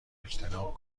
اجتناب